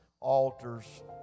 Altars